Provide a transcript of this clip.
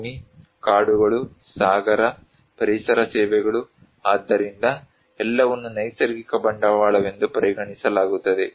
ಭೂಮಿ ಕಾಡುಗಳು ಸಾಗರ ಪರಿಸರ ಸೇವೆಗಳು ಆದ್ದರಿಂದ ಎಲ್ಲವನ್ನೂ ನೈಸರ್ಗಿಕ ಬಂಡವಾಳವೆಂದು ಪರಿಗಣಿಸಲಾಗುತ್ತದೆ